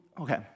okay